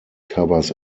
covers